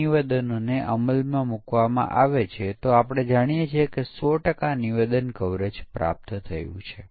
એક પરિમાણ જે બધા મૂલ્યો લેતા હોય તે પૂરતું નથી